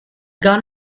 gone